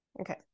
Okay